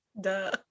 Duh